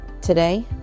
today